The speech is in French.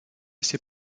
ses